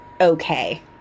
Okay